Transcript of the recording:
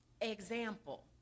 Example